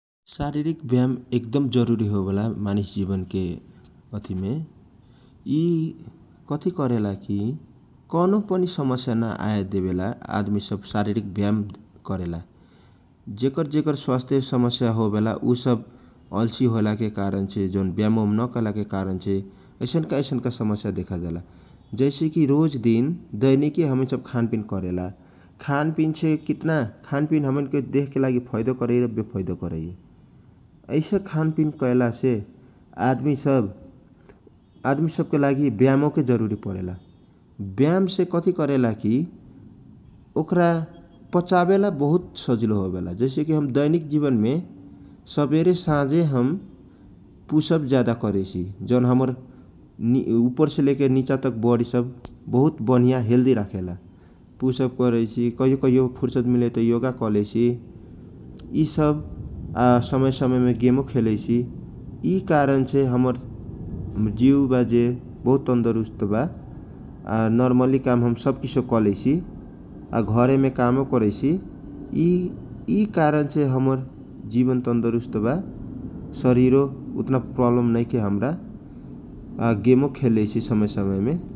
शारिरीक ब्याम एक दम जरुरी होवेला मानिस जिवनके अथि मे यि कथी करेला कि कौनो पनि समस्या नआएदेवेला आदमी सब शाररिक ब्याम करेला जेकर जेकर स्वास्थ्य समस्या सब होवेला अल्छी होइलाके कारणसे जौन जौन ब्याम नकएलाके कारणसे ऐसनका ऐसनका समस्या सब देखा परेला । जैसे कि रोज दिन दैनिकी हमीन सब खान पिन करेला । खानपिनसे कितना खानपिन देहके हमैनके फाइदा भि करेला या वेफैदो करैए । यैसे खानपिन कैलासे आदमी सब आदमी सबके लागि ब्यामो के जरुरी परेला । ब्याम से कथि ओकरा पचावेला बहुत सजिलो होवेला जैसे कि हम दैनिक जिवनमे सबेरे साझे हम पुसअउ ज्यादा करैसी जौन हमर उपर से लेकर निच्चा तक बडीसब बहुत बनिया हेल्दी राखेला । पुसअप करैसी, कहियो कहियो पूmरसत मिलैए त योगा कलेइसी यि सब आ समय समय ने गेमो खेलैसि । यि कारणसे हमर जिउ बा जे बहुत तदरुष्ट बा । आ नरमली काम हम सब किसीयो कलेइसी आ घरमे कामो कलेइसी यि यि कारणसे हमर जिवन तदरुष्ट बा शरीरो उतना प्रबलम नखै हमरा आ गेमो खेललेइसी समय समय ने ।